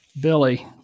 Billy